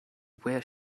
where